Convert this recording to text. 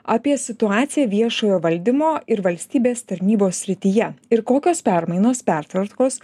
apie situaciją viešojo valdymo ir valstybės tarnybos srityje ir kokios permainos pertvarkos